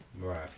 Right